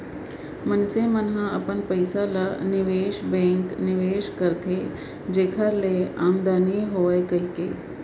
मनसे मन ह अपन पइसा ल निवेस बेंक निवेस करथे जेखर ले आमदानी होवय कहिके